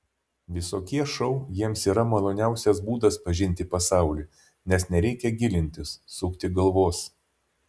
visokie šou jiems yra maloniausias būdas pažinti pasaulį nes nereikia gilintis sukti galvos